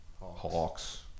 Hawks